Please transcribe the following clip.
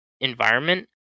environment